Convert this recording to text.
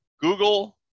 Google